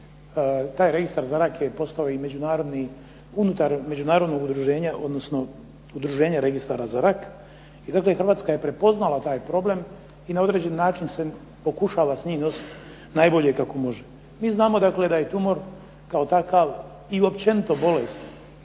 taj registar za rak je postavo i međunarodni, unutar međunarodno udruženje, odnosno udruženje registara za rak i zato je Hrvatska je prepoznala taj problem i na određeni način se pokušala s njim nositi najbolje kako može. Mi znamo dakle da je tumor kao takav i općenito bolest